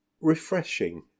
refreshing